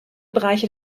bereiche